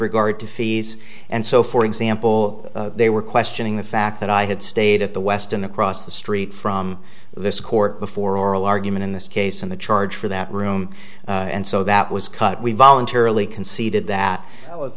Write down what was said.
regard to fees and so for example they were questioning the fact that i had stayed at the westin across the street from this court before oral argument in this case and the charge for that room and so that was cut we voluntarily conceded that th